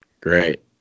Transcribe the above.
Great